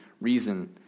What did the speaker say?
reason